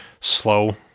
slow